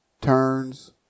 turns